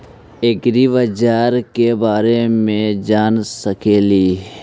ऐग्रिबाजार के बारे मे जान सकेली?